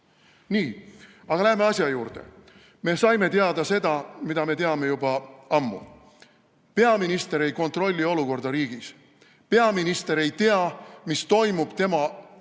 Aga lähme asja juurde. Me saime teada seda, mida me teame juba ammu. Peaminister ei kontrolli olukorda riigis, peaminister ei tea, mis toimub tema